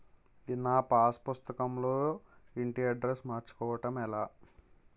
నా పాస్ పుస్తకం లో ఇంటి అడ్రెస్స్ మార్చుకోవటం ఎలా?